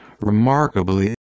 Remarkably